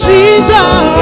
Jesus